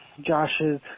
Josh's